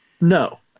No